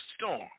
storm